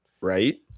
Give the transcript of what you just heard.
right